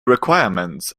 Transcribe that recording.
requirements